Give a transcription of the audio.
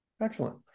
Excellent